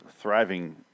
thriving